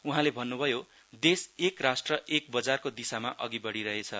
उहाँले भन्नुभयो देश एक राष्ट्र एक बजारको दिशामाअघि बढिरहेछ